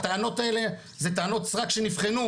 הטענות האלה זה טענות סרק שנבחנו,